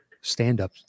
stand-up